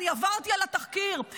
אני עברתי על התחקיר,